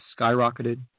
skyrocketed